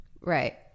Right